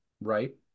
right